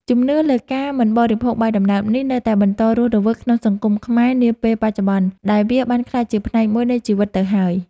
ជំនឿលើការមិនបរិភោគបាយដំណើបនេះនៅតែបន្តរស់រវើកក្នុងសង្គមខ្មែរនាពេលបច្ចុប្បន្នដែលវាបានក្លាយជាផ្នែកមួយនៃជីវិតទៅហើយ។